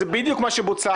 זה בדיוק מה שבוצע הפעם.